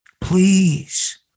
Please